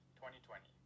2020